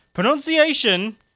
Pronunciation